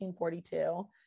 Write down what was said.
1942